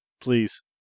Please